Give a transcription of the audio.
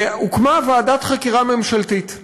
והוקמה ועדת חקירה ממשלתית,